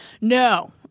No